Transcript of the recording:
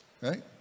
right